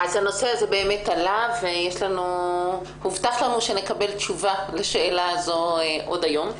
הנושא הזה עלה והובטח לנו שעוד היום,